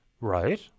Right